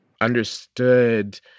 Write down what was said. understood